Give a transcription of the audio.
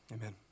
amen